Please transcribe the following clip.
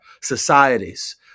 societies